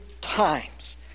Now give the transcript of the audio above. times